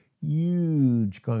huge